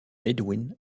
edwin